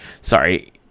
sorry